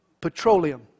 petroleum